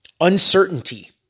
uncertainty